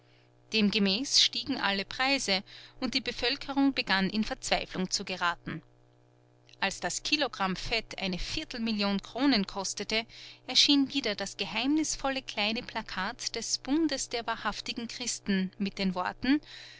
demgemäß stiegen alle preise und die bevölkerung begann in verzweiflung zu geraten als das kilogramm fett eine viertelmillion kronen kostete erschien wieder das geheimnisvolle kleine plakat des bundes der wahrhaftigen christen mit den worten